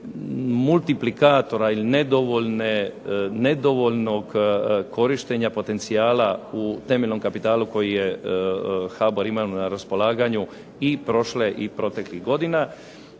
multiplikatora ili nedovoljnog korištenja potencijala u temeljnom kapitalu koji je HBOR imao na raspolaganju i prošle i proteklih godina.